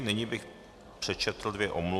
Nyní bych přečetl dvě omluvy.